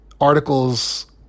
articles